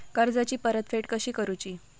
कर्जाची परतफेड कशी करूची?